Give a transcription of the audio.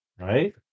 right